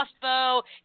crossbow